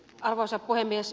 arvoisa puhemies